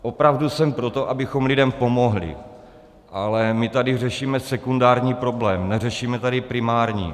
Opravdu jsem pro to, abychom lidem pomohli, ale my tady řešíme sekundární problém, neřešíme tady primární.